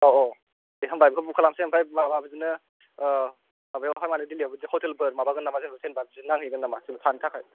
आव आव दे होमबा बेखौ बुक खामासै आमफ्राय माबा बिदिनो आह माबायाव दिल्लीआव बिदिनो हटेलफोर माबागोन नामा जेनेबा नांहैगोन नामा थानो थाखाय